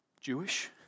Jewish